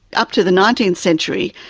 up to the nineteenth century,